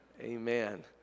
Amen